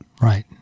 right